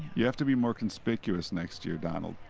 you have to be more conspicuous next year, donald,